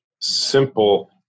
simple